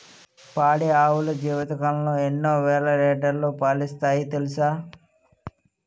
పాడి ఆవులు జీవితకాలంలో ఎన్నో వేల లీటర్లు పాలిస్తాయి తెలుసా